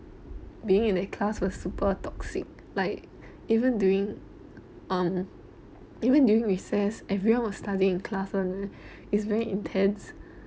being in that class was super toxic like even during um even during recess everyone was studying in class [one] leh it's very intense